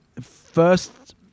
first